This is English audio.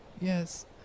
Yes